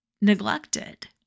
neglected